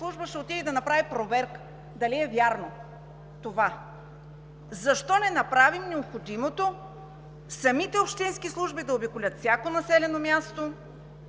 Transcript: да направи проверка дали е вярно това? Защо не направим необходимото самите общински служби да обиколят всяко населено място,